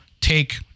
take